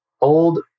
old